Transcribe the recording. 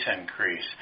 increase